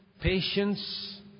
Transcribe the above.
Patience